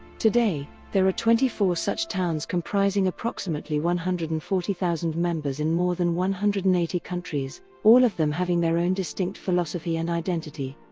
today, there are twenty four such towns comprising approximately one hundred and forty thousand members in more than one hundred and eighty countries, all of them having their own distinct philosophy and identity.